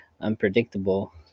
unpredictable